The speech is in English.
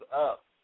up